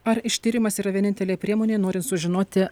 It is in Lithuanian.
ar ištyrimas yra vienintelė priemonė norint sužinoti